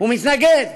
הוא מתנגד,